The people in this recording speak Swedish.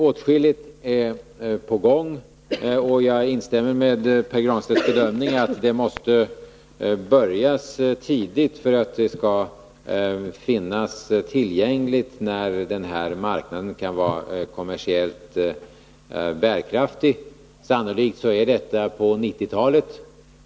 Åtskilligt är på gång, och jag instämmer i Pär Granstedts bedömning att arbetet måste börja tidigt för att metanol skall kunna finnas tillgänglig när marknaden kan vara kommersiellt bärkraftig. Sannolikt är det på 1990-talet.